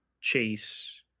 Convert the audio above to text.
chase